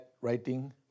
writing